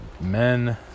men